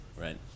right